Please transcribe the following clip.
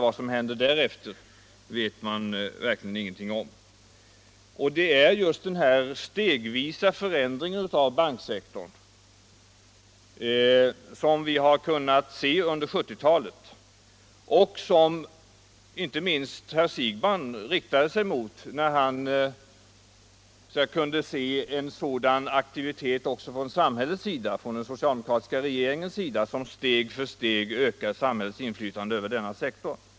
Vad som händer därefter vet man verkligen ingenting om. Det är just den här stegvisa förändringen av banksektorn som vi har kunnat se under 1970-talet och som inte minst herr Siegbahn riktade sig mot när han kunde iaktta en sådan aktivitet också från samhällets sida, från den socialdemokratiska regeringens sida, som steg för steg ökar samhällets inflytande över denna sektor.